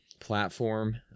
platform